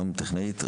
טכנאית ראשית,